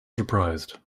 surprised